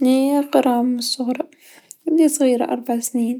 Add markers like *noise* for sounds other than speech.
مالصغر *unintelligible* من صغيرا ربع سنين.